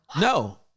No